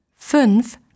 Fünf